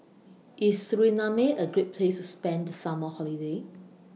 IS Suriname A Great Place to spend The Summer Holiday